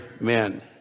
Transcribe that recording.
men